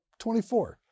24